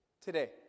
today